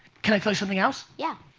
can i tell you something else? yeah.